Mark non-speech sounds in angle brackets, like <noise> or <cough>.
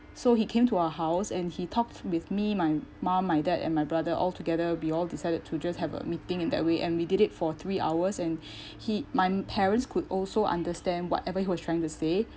so he came to our house and he talked with me my mum my dad and my brother altogether we all decided to just have a meeting in that way and we did it for three hours and <breath> he my parents could also understand whatever he was trying to say